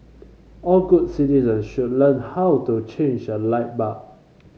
all good citizen should learn how to change a light bulb